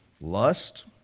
lust